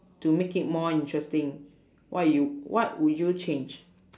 to make it more interesting what you what would you change